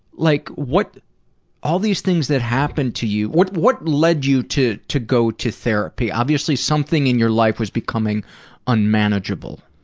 like, what all these things that happened to you, what, what lead you to go, to go to therapy? obviously, something in your life was becoming unmanageable,